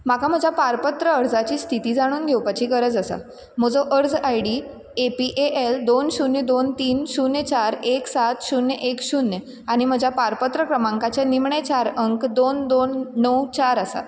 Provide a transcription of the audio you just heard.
म्हाका म्हज्या पारपत्र अर्जाची स्थिती जाणून घेवपाची गरज आसा म्हजो अर्ज I D A P A L दोन शुन्य दोन तीन शुन्य चार एक सात शुन्य एक शुन्य आनी म्हज्या पारपत्र क्रमांकाचे निमणे चार अंक दोन दोन णव चार आसा